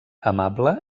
amable